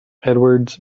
edwards